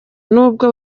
nubwo